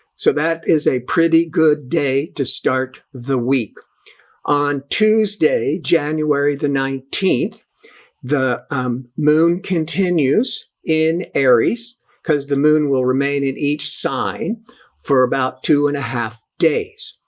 so that is a pretty. good day to start the week on tuesday, january the nineteenth the um moon continues in aries cuz the moon will remain in each sign for about two and a half days,